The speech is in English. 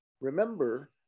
remember